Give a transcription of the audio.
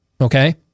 okay